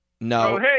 No